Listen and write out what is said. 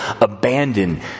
abandoned